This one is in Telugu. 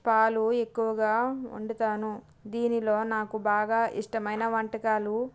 పాలు ఎక్కువగా వండుతాను దీనిలో నాకు బాగా ఇష్టమైన వంటకాలు